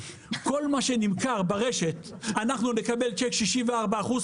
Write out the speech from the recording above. כל מה שנמכר ברשת אנחנו נקבל צ'ק 64 אחוז,